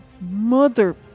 mother